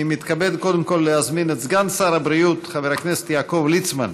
אני מתכבד קודם כול להזמין את סגן שר הבריאות חבר הכנסת יעקב ליצמן